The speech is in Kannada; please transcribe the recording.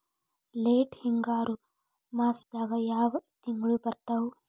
ಲೇಟ್ ಹಿಂಗಾರು ಮಾಸದಾಗ ಯಾವ್ ತಿಂಗ್ಳು ಬರ್ತಾವು?